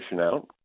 out